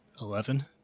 Eleven